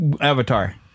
avatar